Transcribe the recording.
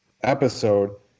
episode